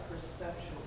perception